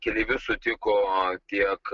keleivius sutiko tiek